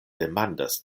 demandas